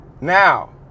Now